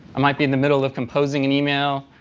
i might be in the middle of composing an email,